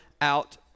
out